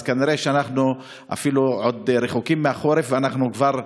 אז כנראה אנחנו אפילו עוד רחוקים מהחורף ואנחנו כבר,